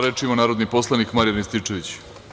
Reč ima narodni poslanik Marijan Rističević.